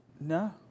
No